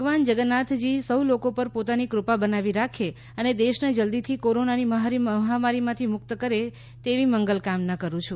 ભગવાન જગન્નાથજી સહ્ લોકો પર પોતાની કૃપા બનાવી રાખે અને દેશને જલ્દીથી કોરોનાની મહામારીમાંથી મુક્ત કરે તેવી કામના કરું છું